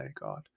god